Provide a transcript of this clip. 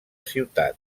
ciutat